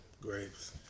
Grapes